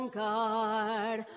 guard